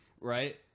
right